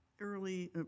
early